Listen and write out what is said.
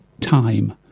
time